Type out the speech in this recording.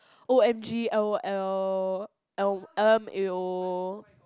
O_M_G L_O_L L L_M_A_O